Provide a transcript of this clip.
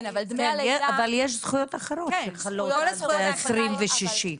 אבל יש זכויות אחרות שחלות עד ה-26.